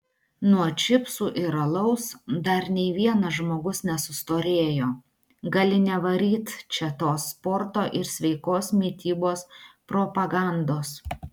nuo čipsų ir alaus dar nei vienas žmogus nesustorėjo gali nevaryt čia tos sporto ir sveikos mitybos propagandos